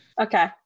Okay